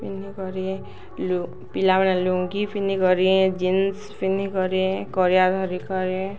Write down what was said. ପିନ୍ଧିିକରି ପିଲାମାନେ ଲୁଙ୍ଗି ପିନ୍ଧିକରି ଜିନ୍ସ ପିନ୍ଧି କରି କରିବା ଧରି କରେ